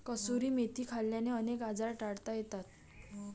कसुरी मेथी खाल्ल्याने अनेक आजार टाळता येतात